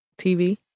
TV